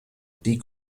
die